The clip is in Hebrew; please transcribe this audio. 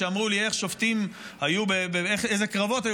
שאמרו לי איך שופטים היו ואיזה קרבות היו